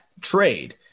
trade